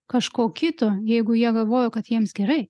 kažko kito jeigu jie galvoja kad jiems gerai